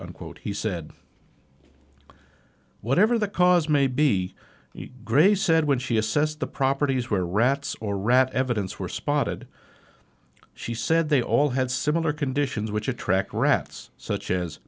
unquote he said whatever the cause may be grey said when she assessed the properties where rats or rat evidence were spotted she said they all had similar conditions which attract rats such as